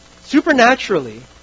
supernaturally